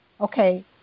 okay